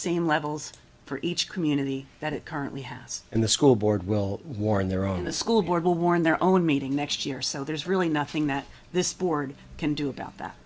same levels for each community that it currently has in the school board will warn their own the school board will warn their own meeting next year so there's really nothing that this board can do about that